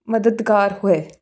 ਮਦਦਗਾਰ ਹੋਇਆ